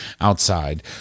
outside